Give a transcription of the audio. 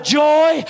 joy